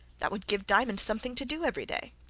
that would give diamond something to do every day.